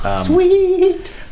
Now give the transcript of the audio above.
Sweet